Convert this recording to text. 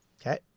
Okay